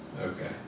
Okay